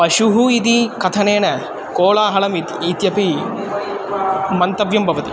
पशुः इति कथनेन कोलाहलम् इत् इत्यपि मन्तव्यं भवति